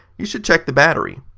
you should check the battery.